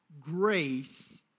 grace